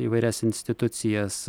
įvairias institucijas